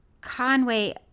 Conway